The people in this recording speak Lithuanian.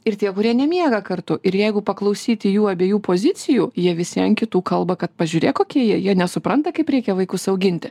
ir tie kurie nemiega kartu ir jeigu paklausyti jų abiejų pozicijų jie visi an kitų kalba kad pažiūrėk kokie jie jie nesupranta kaip reikia vaikus auginti